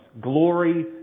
glory